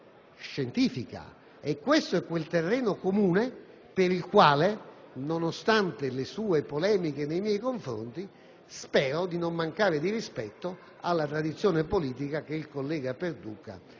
e questo è quel terreno comune per il quale, nonostante le sue polemiche nei miei confronti, spero di non mancare di rispetto alla tradizione politica che il collega Perduca rappresenta